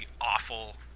awful